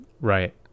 right